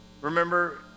Remember